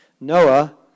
Noah